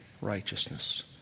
righteousness